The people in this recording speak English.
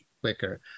quicker